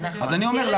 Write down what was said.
אז אני אומר,